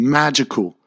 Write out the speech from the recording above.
magical